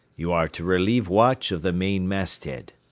you are to relieve watch of the main masthead.